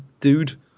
dude